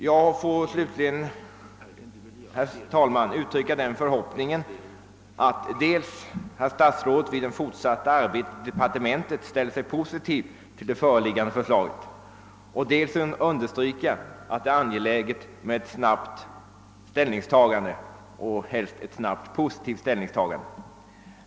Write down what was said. Jag får slutligen, herr talman, uttrycka den förhoppningen att statsrådet vid det fortsatta arbetet i departementet dels ställer sig positiv till det föreliggande förslaget, dels understryker att det är angeläget med ett snabbt beslut.